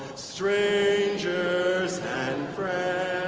strangers and friends